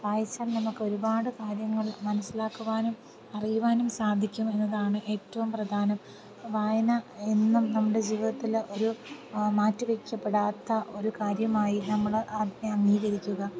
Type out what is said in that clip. വായിച്ചാൽ നമുക്ക് ഒരുപാട് കാര്യങ്ങൾ മനസ്സിലാക്കുവാനും അറിയുവാനും സാധിക്കും എന്നതാണ് ഏറ്റവും പ്രധാനം വായന എന്നും നമ്മുടെ ജീവിതത്തിൽ ഒരു മാറ്റി വയ്ക്കപ്പെടാത്ത ഒരു കാര്യമായി നമ്മൾ അതിനെ അംഗീകരിക്കുക